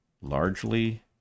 largely